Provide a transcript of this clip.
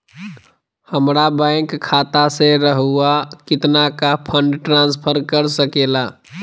हमरा बैंक खाता से रहुआ कितना का फंड ट्रांसफर कर सके ला?